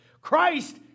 Christ